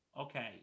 okay